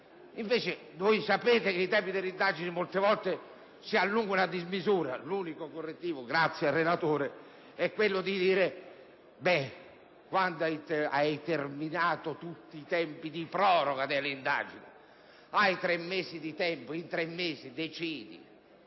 Invece voi sapete che i tempi delle indagini molte volte si allungano a dismisura. L'unico correttivo, grazie al relatore, è quello per il quale, quando sono terminati tutti i termini di proroga delle indagini, si hanno tre mesi di tempo per decidere